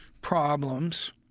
problems